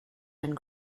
and